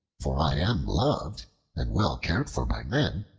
for i am loved and well cared for by men,